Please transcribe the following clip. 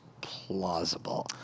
plausible